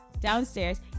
downstairs